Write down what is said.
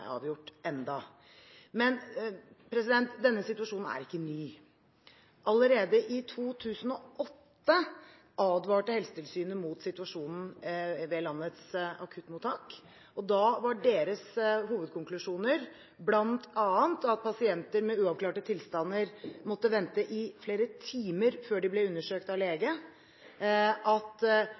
avgjort enda. Men denne situasjonen er ikke ny. Allerede i 2008 advarte Helsetilsynet mot situasjonen ved landets akuttmottak, og da var deres hovedkonklusjoner bl.a. at pasienter med uavklarte tilstander måtte vente i flere timer før de ble undersøkt av lege, at